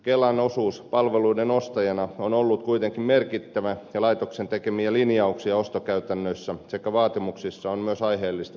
kelan osuus palveluiden ostajana on ollut kuitenkin merkittävä ja laitoksen tekemiä linjauksia ostokäytännöissä sekä vaatimuksissa on myös aiheellista tarkastella